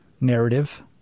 narrative